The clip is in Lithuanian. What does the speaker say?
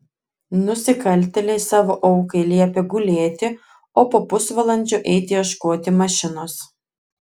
nusikaltėliai savo aukai liepė gulėti o po pusvalandžio eiti ieškoti mašinos